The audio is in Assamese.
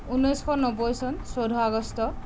ঊনৈছশ নব্বৈ চন চৈধ্য আগষ্ট